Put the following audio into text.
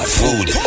food